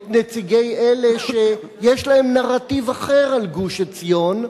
את נציגי אלה שיש להם נרטיב אחר על גוש-עציון,